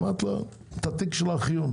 אמרתי לו: את התיק של הארכיון.